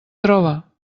troba